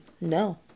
No